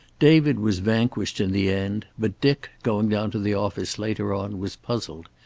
david was vanquished in the end, but dick, going down to the office later on, was puzzled.